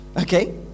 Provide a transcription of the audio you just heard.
Okay